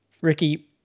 Ricky